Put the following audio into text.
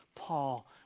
Paul